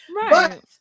right